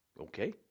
Okay